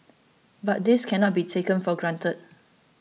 but this cannot be taken for granted